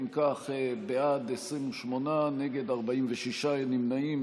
אם כך, בעד, 28, נגד, 46, אין נמנעים.